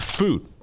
Food